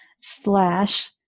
slash